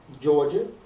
Georgia